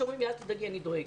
לי כשאומרים לא לדאוג, אני דואגת.